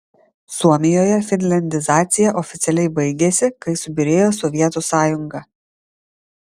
suomijoje finliandizacija oficialiai baigėsi kai subyrėjo sovietų sąjunga